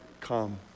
come